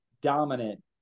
dominant